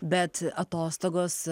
bet atostogos